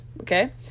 okay